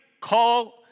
call